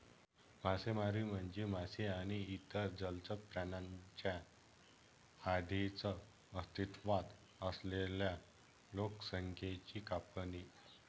मासेमारी म्हणजे मासे आणि इतर जलचर प्राण्यांच्या आधीच अस्तित्वात असलेल्या लोकसंख्येची कापणी